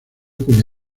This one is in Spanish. cuya